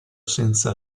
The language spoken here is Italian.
senza